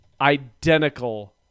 identical